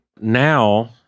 Now